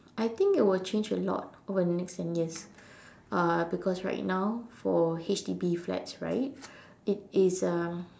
I think it will change a lot over the next ten years uh because right now for H_D_B flats right it is a